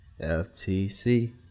FTC